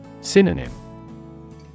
Synonym